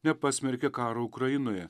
nepasmerkė karo ukrainoje